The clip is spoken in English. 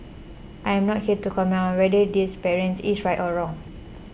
I am not here to comment on whether this parent is right or wrong